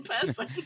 person